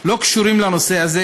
לא קשורים לנושא הזה,